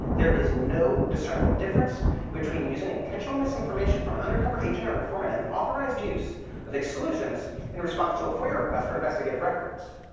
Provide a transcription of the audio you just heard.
there is no discernible difference between using intentional misinformation from an undercover agent or an informant in and the authorized use of exclusions in response to a foia request for investigative records.